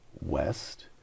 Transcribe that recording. west